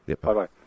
Bye-bye